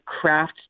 craft